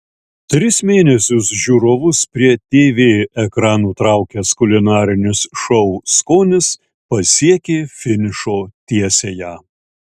tris mėnesius žiūrovus prie tv ekranų traukęs kulinarinis šou skonis pasiekė finišo tiesiąją